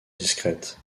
discrètes